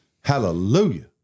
Hallelujah